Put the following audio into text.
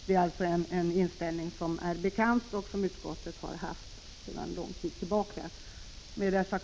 Den inställning som utskottet har haft sedan lång tid tillbaka är således bekant.